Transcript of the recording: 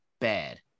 bad